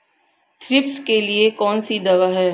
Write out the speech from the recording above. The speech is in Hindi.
थ्रिप्स के लिए कौन सी दवा है?